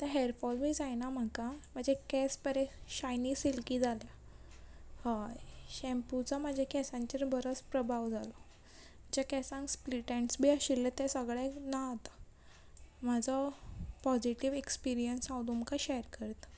आतां हेरफोलूय जायना म्हाका म्हजे केंस बरे शायनी सिल्की जाल्या हय शॅम्पूचो म्हाज्या केंसांचेर बरोच प्रभाव जालो जे केंसांक स्प्लीटेंड्स बी आशिल्ले ते सगळे ना आतां म्हजो पॉजिटीव एक्सपिरियंस हांव तुमकां शेर करता